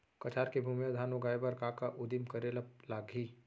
कछार के भूमि मा धान उगाए बर का का उदिम करे ला लागही?